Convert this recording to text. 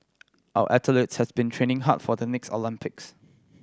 our athletes has been training hard for the next Olympics